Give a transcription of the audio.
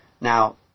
Now